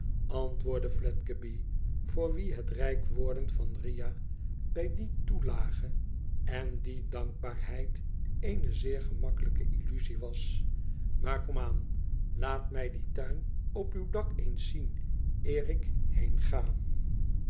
antwootdde fledgeby voor wien het rijk worden van ria bij die toelage en die dankbaarheid eene zeer gemakkelijke illusie was imaar kom aan laat mij dien tuin op uw dak eens zien eer ik heenga